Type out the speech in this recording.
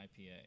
ipa